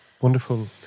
Wonderful